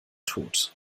tot